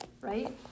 right